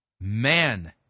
Man